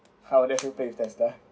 how I would definitely play with Tesla